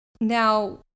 Now